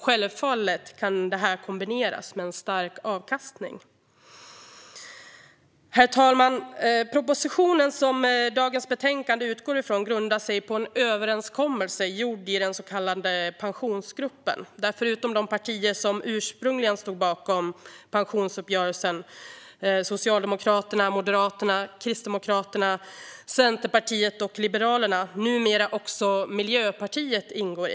Självfallet kan detta kombineras med en stark avkastning. Herr talman! Propositionen som betänkandet utgår ifrån grundar sig på en överenskommelse gjord i den så kallade Pensionsgruppen, där förutom de partier som ursprungligen stod bakom pensionsuppgörelsen - Socialdemokraterna, Moderaterna, Kristdemokraterna, Centerpartiet och Liberalerna - numera också Miljöpartiet ingår.